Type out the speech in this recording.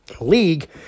league